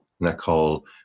Nicole